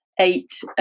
eight